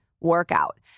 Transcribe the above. workout